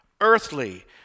earthly